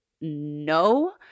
no